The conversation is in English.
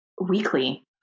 weekly